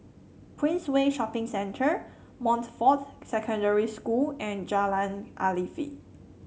Queensway Shopping Centre Montfort Secondary School and Jalan Afifi